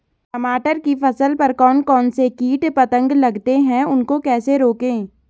टमाटर की फसल पर कौन कौन से कीट पतंग लगते हैं उनको कैसे रोकें?